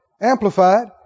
Amplified